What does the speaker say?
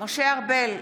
משה ארבל,